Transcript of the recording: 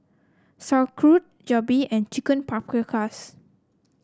Sauerkraut Jalebi and Chicken Paprikas